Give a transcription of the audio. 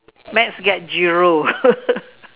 maths get zero